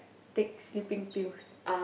take sleeping pills